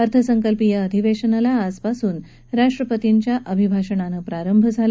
अर्थसंकल्पीय अधिवेशनाला आजपासून राष्ट्रपतींच्या अभिभाषणाने प्रांरभ झाला